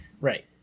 Right